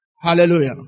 Hallelujah